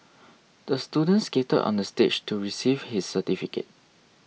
the student skated onto the stage to receive his certificate